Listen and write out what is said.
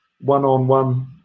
one-on-one